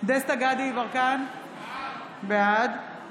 דסטה גדי יברקן, בעד